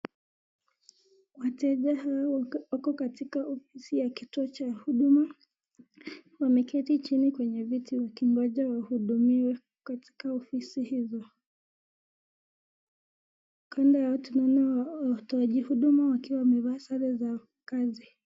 Wateja hao wako katika ofisi ya kituo cha huduma. Wameketi chini kwenye viti wakingoja wahudumiwe katika ofisi hizo. Kando yao tunaona watoaji huduma wakiwa wamevaa sare za kazi.